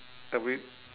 a bit